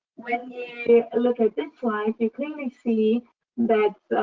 when you look at this slide, you clearly see that